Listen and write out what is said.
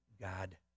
God